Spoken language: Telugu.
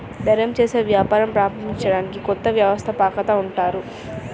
ధైర్యం చేసి వ్యాపారం ప్రారంభించడాన్ని కొత్త వ్యవస్థాపకత అంటారు